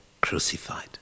crucified